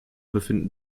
befinden